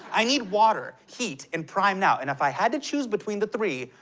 i need water, heat and prime now, and if i had to choose between the three,